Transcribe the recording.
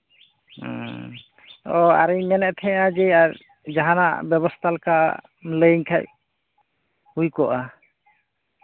ᱦᱩᱸ ᱚ ᱟᱨᱤᱧ ᱢᱮᱱᱮᱛ ᱛᱟᱦᱮᱸᱫᱼᱟ ᱡᱮ ᱡᱟᱦᱟᱱᱟᱜ ᱵᱮᱵᱚᱥᱛᱟ ᱞᱮᱠᱟᱢ ᱞᱟᱹᱭᱟᱹᱧ ᱠᱷᱟᱱ ᱦᱩᱭ ᱠᱚᱜᱼᱟ